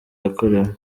yakorewe